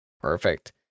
Perfect